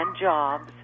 jobs